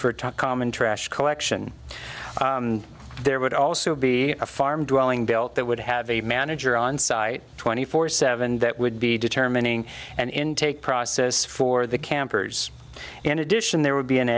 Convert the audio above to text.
talk common trash collection there would also be a farm dwelling built that would have a manager on site twenty four seven that would be determining an intake process for the campers in addition there would be an